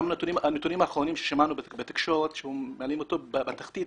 הנתונים האחרונים ששמענו בתקשורת מראים שהוא בתחתית